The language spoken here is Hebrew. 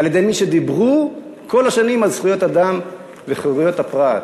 על-ידי מי שדיברו כל השנים על זכויות האדם וחירויות הפרט.